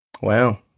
Wow